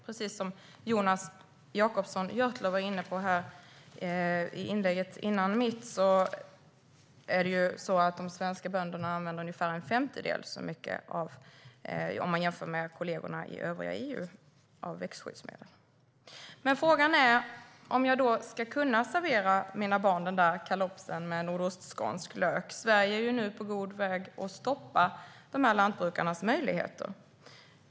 Precis som Jonas Jacobsson Gjörtler var inne på i sitt inlägg använder de svenska bönderna ungefär en femtedel så mycket växtskyddsmedel som kollegorna i övriga EU. Frågan är om jag ska kunna servera mina barn den där kalopsen med nordostskånsk lök. Sverige är ju nu på god väg att stoppa de här lantbrukarnas möjligheter.